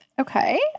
okay